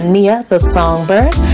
NiaTheSongbird